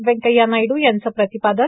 व्यंकय्या नायडू यांचं प्रातपादन